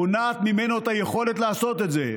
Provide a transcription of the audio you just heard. מונעת ממנו את היכולת לעשות את זה.